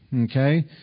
okay